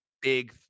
big